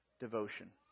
devotion